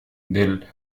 del